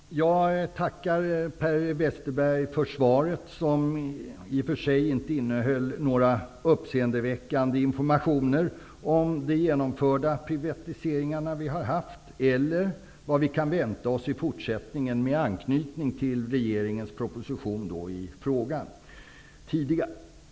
Herr talman! Jag tackar Per Westerberg för svaret som i och för sig inte innehöll någon uppseendeväckande information om de genomförda privatiseringarna eller om vad vi kan vänta oss i fortsättningen med anknytning till regeringens tidigare proposition i frågan.